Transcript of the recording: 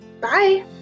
Bye